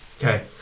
Okay